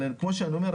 אבל כמו שאני אומר,